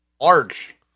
large